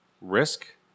risk